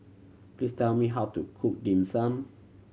please tell me how to cook Dim Sum